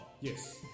Yes